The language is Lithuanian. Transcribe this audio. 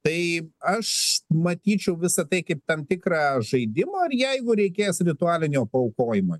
tai aš matyčiau visa tai kaip tam tikrą žaidimą ir jeigu reikės ritualinio paaukojimo